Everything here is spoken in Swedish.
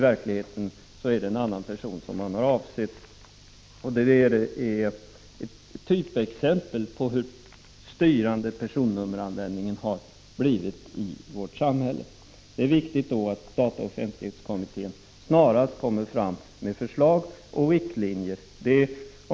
I verkligheten var det en annan person som man hade avsett. Det är ett typexempel på hur styrande personnummeranvändningen har blivit i vårt samhälle. Det är därför viktigt att dataoch offentlighetskommittén snarast lägger fram förslag till riktlinjer på detta område.